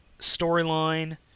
storyline